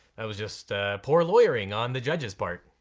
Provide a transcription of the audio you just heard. that was just poor lawyering on the judge's part.